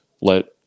let